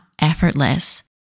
effortless